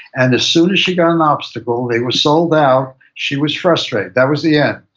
and as soon as she got an obstacle, they were sold out, she was frustrated. that was the end.